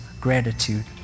gratitude